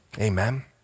Amen